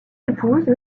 épouse